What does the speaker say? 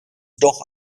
doch